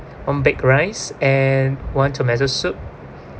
one baked rice and one tomato soup